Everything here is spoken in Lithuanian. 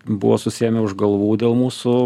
buvo susiėmę už galvų dėl mūsų